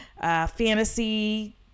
fantasy